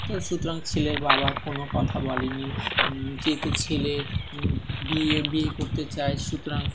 তো সুতরাং ছেলের বাবা কোনো কথা বলেনি যেহেতু ছেলে বিয়ে বিয়ে করতে চায় সুতরাং